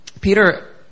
Peter